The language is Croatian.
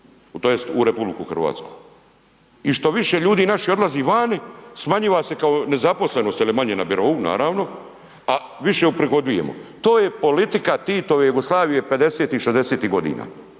tj. u RH. I što više ljudi naših odlazi vani smanjiva se kao nezaposlenost jer je manje na birou, a više uprihodujemo. To je politika Titove Jugoslavije '50.-tih, '60-tih godina,